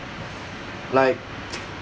like